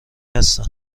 هستند